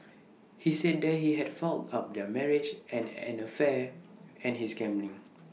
he said that he had fouled up their marriage and an affair and his gambling